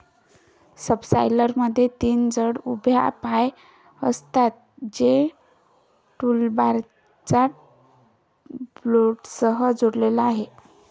सबसॉयलरमध्ये तीन जड उभ्या पाय असतात, जे टूलबारला बोल्टसह जोडलेले असतात